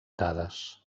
dades